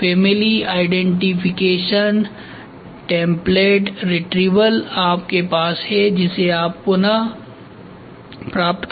तो family identification template retrieval आप के पास है जिसे आप पुनः प्राप्त कर सकते है